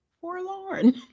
forlorn